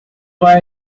why